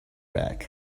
back